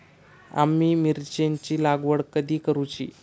आम्ही मिरचेंची लागवड कधी करूची?